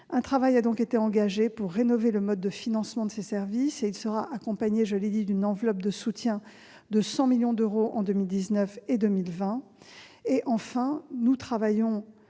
Un travail a été engagé pour rénover le mode de financement de ces services. Il sera accompagné d'une enveloppe de soutien de 100 millions d'euros en 2019 et 2020. Enfin, en lien